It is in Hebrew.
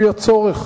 לפי הצורך.